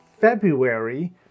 February